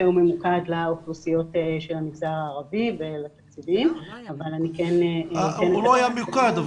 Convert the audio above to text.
ממוקד לאוכלוסיות של המגזר הערבי --- הוא לא היה ממוקד.